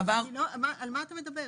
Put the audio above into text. על מה אתה מדבר?